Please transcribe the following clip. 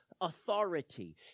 authority